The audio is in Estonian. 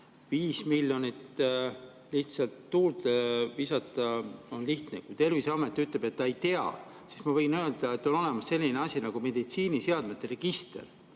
5 miljonit lihtsalt tuulde visata on lihtne. Kui Terviseamet ütleb, et ta ei teadnud, siis ma võin öelda, et on olemas selline asi nagu meditsiiniseadmete register.